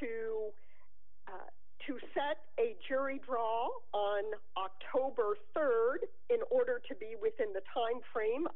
to to set a jury draw on october rd in order to be within the time frame